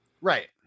Right